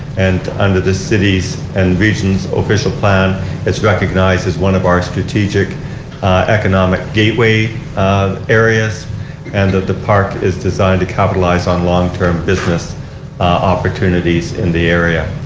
and under the cities and regions official plan it is recognized as one of our strategic economic gateway areas and the the park is designed to capitalize on long term business opportunities in the area.